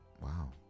Wow